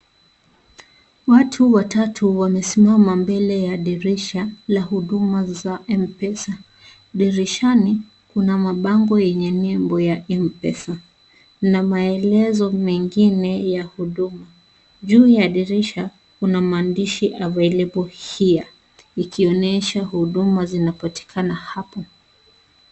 Watu watatu wamesimama mbele ya dirisha la huduma za Mpesa. Dirishani kuna mabango kwenye nembo ya Mpesa na maelezo mengine ya huduma. Juu ya dirisha kuna maandishi Available Here ikionyesha huduma zinapatikana hapo.